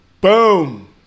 Boom